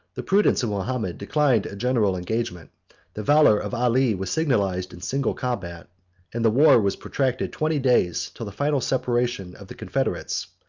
the prudence of mahomet declined a general engagement the valor of ali was signalized in single combat and the war was protracted twenty days, till the final separation of the confederates.